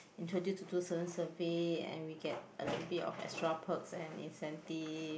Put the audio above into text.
introduce to do certain survey and we get a little bit of extra perks and incentive